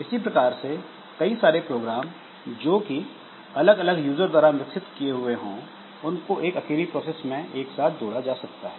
इसी प्रकार से कई सारे प्रोग्राम जो कि अलग अलग यूजर द्वारा विकसित किए हुए हों उनको एक अकेली प्रोसेस में एक साथ जोड़ा जा सकता है